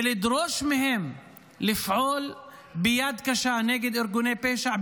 ולדרוש מהם לפעול ביד קשה נגד ארגוני פשע,